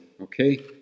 Okay